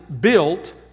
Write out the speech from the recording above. built